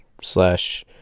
slash